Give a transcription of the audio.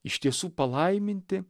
iš tiesų palaiminti